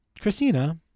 christina